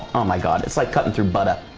oh my god. it's like cutting through butter.